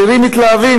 הצעירים מתלהבים,